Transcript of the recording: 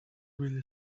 really